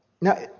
Now